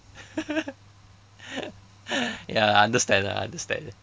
ya I understand lah understand